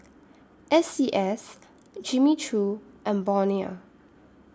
S C S Jimmy Choo and Bonia